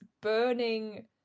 burning